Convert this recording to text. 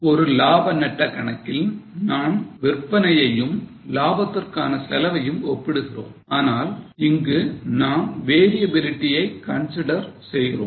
ஒரு லாப நட்ட கணக்கில் நாம் விற்பனையையும் லாபத்திற்கான செலவையும் ஒப்பிடுகிறோம் ஆனால் இங்கு நாம் variability ஐ consider செய்கிறோம்